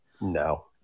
No